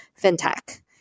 fintech